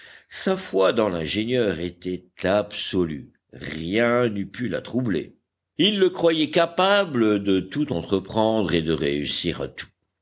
sa foi dans l'ingénieur était absolue rien n'eût pu la troubler il le croyait capable de tout entreprendre et de réussir à tout